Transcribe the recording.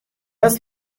است